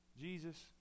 Jesus